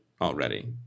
already